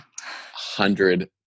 hundred